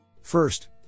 First